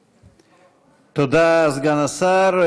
תודה, סגן השר.